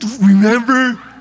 remember